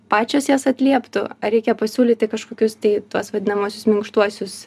pačios jas atlieptų ar reikia pasiūlyti kažkokius tai tuos vadinamuosius minkštuosius